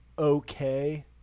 okay